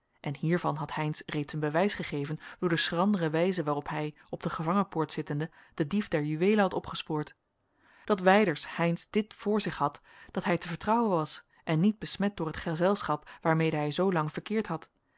en hiervan had heynsz reeds een bewijs gegeven door de schrandere wijze waarop hij op de gevangenpoort zittende den dief der juweelen had opgespoord dat wijders heynsz dit voor zich had dat hij te vertrouwen was en niet besmet door het gezelschap waarmede hij zoo lang verkeerd had